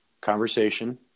conversation